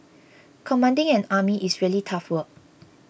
commanding an army is really tough work